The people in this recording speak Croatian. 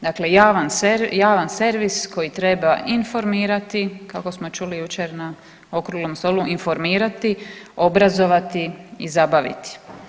Dakle, javan servis koji treba informirati kako smo čuli jučer na okruglom stolu, informirati, obrazovati i zabaviti.